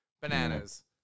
Bananas